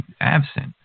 absent